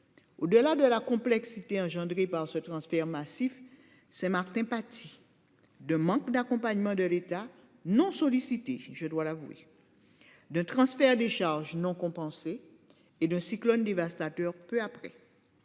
Au-delà de la complexité engendrée par ce transfert massif c'est Martin pâtit de manque d'accompagnement de l'État non sollicités, je dois l'avouer. De transfert des charges non compensées et le cyclone dévastateur peu après.